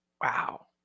wow